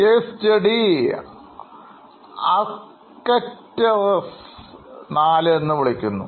case study Arcturus IV എന്നു വിളിക്കുന്നു